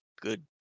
good